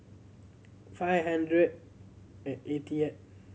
five hundred and eightieth